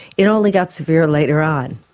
it only got severe later on.